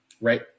Right